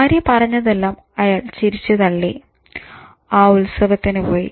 ഭാര്യ പറഞ്ഞതെല്ലാം അയാൾ ചിരിച്ച് തള്ളി ആ ഉത്സവത്തിന് പോയി